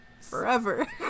forever